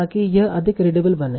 ताकि यह अधिक रीडएबल बने